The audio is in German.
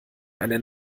eine